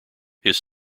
his